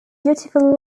beautiful